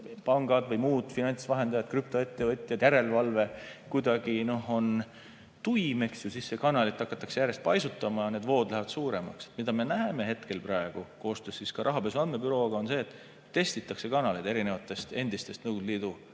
pangad või muud finantsvahendajad, krüptoettevõtjad, järelevalve on kuidagi tuim –, siis seda kanalit hakatakse järjest paisutama ja need vood lähevad suuremaks. Mida me näeme praegu koostöös ka Rahapesu Andmebürooga, on see, et testitakse kanaleid erinevatest endistest Nõukogude Liidu